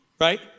right